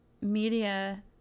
media